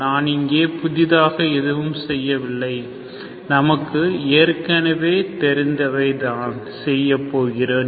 நான் இங்கே புதிதாக எதுவும் செய்யவில்லை நமக்கு ஏற்கனவே தெரிந்ததைத்தான் செய்யப் போகிறேன்